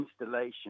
installation